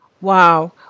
Wow